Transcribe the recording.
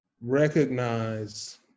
recognize